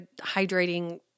hydrating